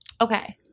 Okay